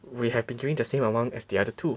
we have been giving the same amount as the other two